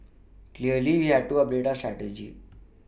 clearly we had to update our strategy